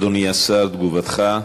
אדוני השר, תגובתך.